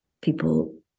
people